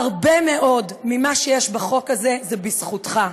הרבה מאוד ממה שיש בחוק הזה זה בזכותך.